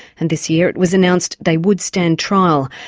and this year it was announced they would stand trial.